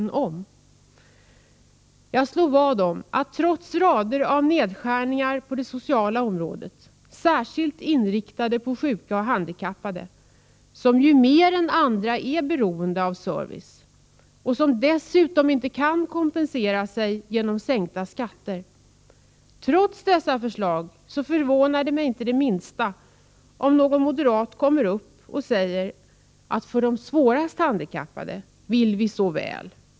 Det skulle inte förvåna mig det minsta om någon moderat, trots rader av förslag om nedskärningar på det sociala området — nedskärningar som är särskilt inriktade på sjuka och handikappade, som ju mer än andra är beroende av service och som dessutom inte kan kompensera sig genom sänkta skatter — skulle gå upp i debatten och säga: För de svårast handikappade vill vi så väl.